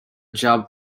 job